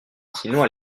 sinon